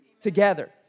together